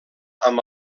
amb